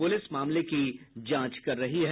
police मामले की जांच कर रही है